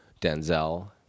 Denzel